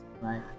right